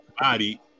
body